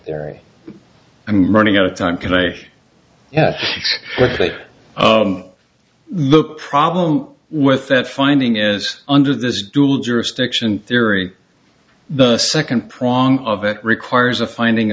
very i'm running out of time can i have a look problem with that finding is under this dual jurisdiction theory the second prong of it requires a finding